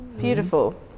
Beautiful